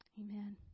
Amen